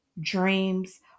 dreams